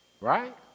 right